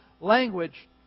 language